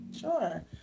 Sure